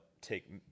take